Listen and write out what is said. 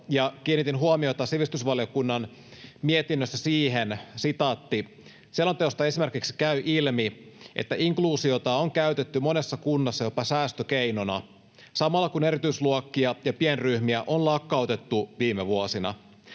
kiinnitin huomiota sivistysvaliokunnan mietinnössä tähän: ”Selonteosta esimerkiksi käy ilmi, että inkluusiota on käytetty monessa kunnassa jopa säästökeinona samalla, kun erityisluokkia ja pienryhmiä on lakkautettu viime vuosina.